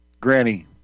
Granny